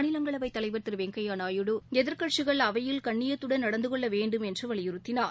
மாநிலங்களவை தலைவர் திரு வெங்கையா நாயுடு எதிர்கட்சிகள் அவையில் கண்ணியத்தடன் நடந்து கொள்ள வேண்டும் என்று வலியுறுத்தினார்